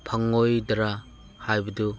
ꯐꯪꯂꯣꯏꯗ꯭ꯔꯥ ꯍꯥꯏꯕꯗꯨ